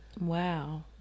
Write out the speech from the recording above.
Wow